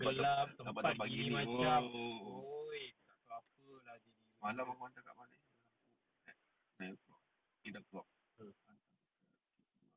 tempat-tempat gini oh semalam aku hantar kat mana eh semalam food at nine o'clock ah eight o'clock hantar dekat bukit timah